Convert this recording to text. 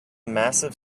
massive